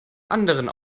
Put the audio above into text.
anderen